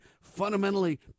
fundamentally